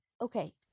okay